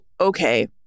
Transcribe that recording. okay